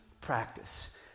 practice